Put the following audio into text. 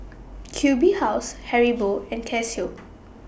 Q B House Haribo and Casio